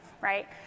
right